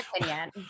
opinion